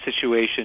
situation